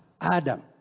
Adam